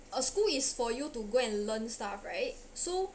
a school is for you to go and learn stuff right so